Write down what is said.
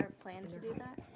um plan to do that?